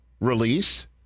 release